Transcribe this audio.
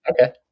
Okay